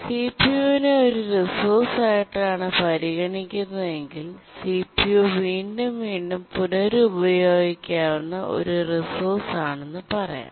സിപിയുവിനെ ഒരു റിസോഴ്സായിട്ടാണ് പരിഗണിക്കുന്നതെങ്കിൽ സിപിയു വീണ്ടും വീണ്ടും പുനരുപയോഗിക്കാവുന്ന ഒരു റിസോഴ്സാണെന്ന് പറയാം